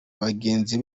bagenzi